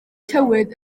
tywydd